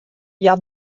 hja